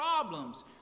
problems